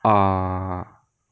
ah